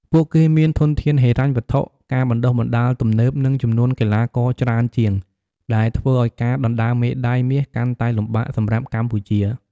ពួកគេមានធនធានហិរញ្ញវត្ថុ ការបណ្តុះបណ្តាលទំនើប និងចំនួនកីឡាករច្រើនជាង ដែលធ្វើឲ្យការដណ្តើមមេដាយមាសកាន់តែលំបាកសម្រាប់កម្ពុជា ។